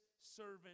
servant